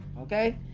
okay